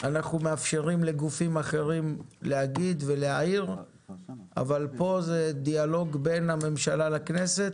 נאפשר לגופים אחרים להעיר אבל היום זה דיאלוג בין הממשלה לכנסת.